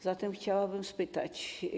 Zatem chciałabym spytać.